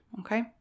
Okay